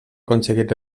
aconseguit